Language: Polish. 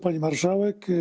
Pani Marszałek!